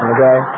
Okay